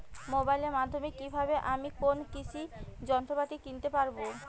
মোবাইলের মাধ্যমে কীভাবে আমি কোনো কৃষি যন্ত্রপাতি কিনতে পারবো?